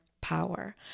power